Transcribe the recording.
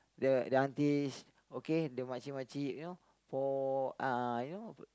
the the aunties okay the makcik-makcik you know for uh you know